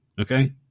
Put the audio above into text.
Okay